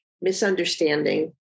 misunderstanding